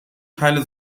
teile